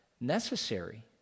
necessary